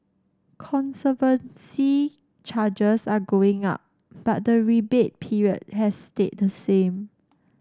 conservancy charges are going up but the rebate period has stayed the same